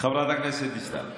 חברת הכנסת דיסטל,